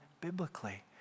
biblically